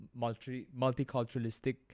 multiculturalistic